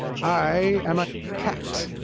i am a cat.